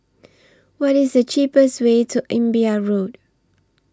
What IS The cheapest Way to Imbiah Road